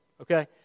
Okay